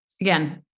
again